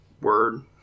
Word